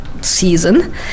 season